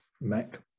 Mac